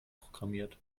programmiert